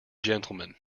gentlemen